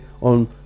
on